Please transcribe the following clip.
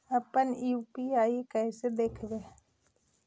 अपन यु.पी.आई कैसे देखबै?